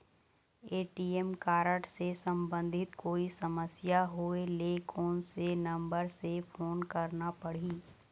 ATM card से संबंधित कोई समस्या होय ले, कोन से नंबर से फोन करना पढ़ही?